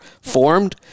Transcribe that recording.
formed